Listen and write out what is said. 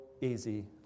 easy